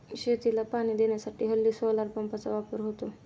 शेतीला पाणी देण्यासाठी हल्ली सोलार पंपचा वापर होतो